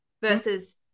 versus